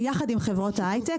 יחד עם חברות ההייטק,